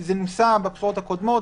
זה נוסה בבחירות הקודמת,